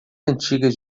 antigas